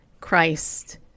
Christ